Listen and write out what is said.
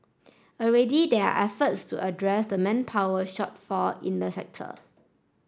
already there are efforts to address the manpower shortfall in the sector